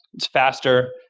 it's faster.